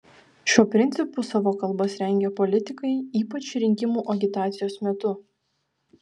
šiuo principu savo kalbas rengia politikai ypač rinkimų agitacijos metu